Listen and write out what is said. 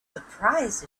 surprised